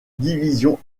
division